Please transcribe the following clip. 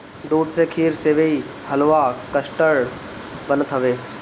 दूध से खीर, सेवई, हलुआ, कस्टर्ड बनत हवे